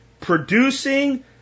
producing